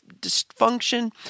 dysfunction